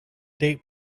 date